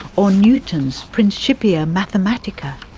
or newton's principia mathematica,